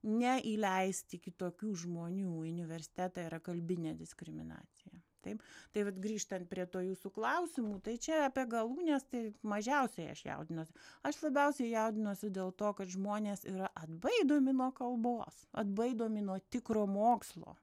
neįleisti kitokių žmonių į universitetą yra kalbinė diskriminacija taip tai vat grįžtant prie to jūsų klausimų tai čia apie galūnes tai mažiausiai aš jaudinuosi aš labiausiai jaudinuosi dėl to kad žmonės yra atbaidomi nuo kalbos atbaidomi nuo tikro mokslo